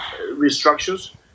restructures